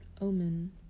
omen